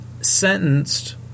sentenced